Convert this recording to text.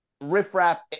riffraff